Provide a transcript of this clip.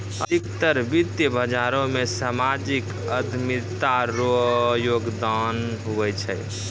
अधिकतर वित्त बाजारो मे सामाजिक उद्यमिता रो योगदान हुवै छै